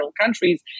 countries